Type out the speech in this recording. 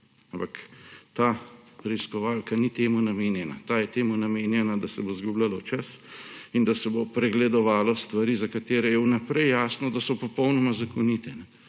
Ampak ta preiskovalka ni temu namenjena. Ta je namenjena temu, da se bo izgubljalo čas in da se bo pregledovalo stvari, za katere je vnaprej jasno, da so popolnoma zakonite.